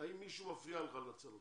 האם מישהו מפריע לך לנצל אותן,